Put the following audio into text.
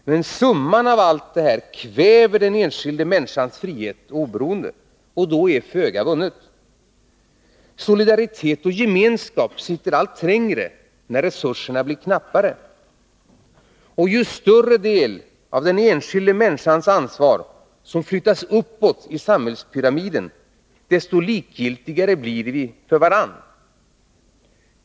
Men summan av allt detta kväver den enskildes frihet och oberoende, och då är föga vunnet. Solidaritet och gemenskap sitter allt trängre när resurserna blir knappare. Ju större del av den enskilda människans ansvar som flyttas uppåt i samhällspyramiden, desto likgiltigare blir vi för varandra.